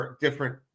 different